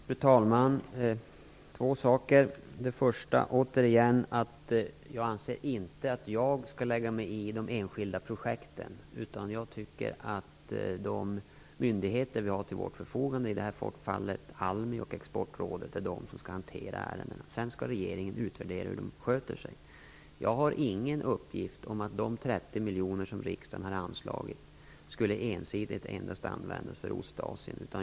Fru talman! Jag vill säga två saker. Först vill jag återigen säga att jag inte anser att jag skall lägga mig i de enskilda projekten, utan jag tycker att de myndigheter som vi har till vårt förfogande, i det här fallet ALMI och Exportrådet, skall hantera ärendena. Sedan skall regeringen utvärdera hur de sköter sig. Jag har ingen uppgift om att de 30 miljoner kronor som riksdagen har anslagit ensidigt skulle användas endast för Ostasien.